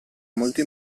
molto